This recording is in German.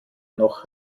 noch